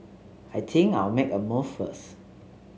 I think I'll make a move first